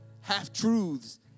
half-truths